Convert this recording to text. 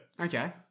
Okay